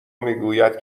میگوید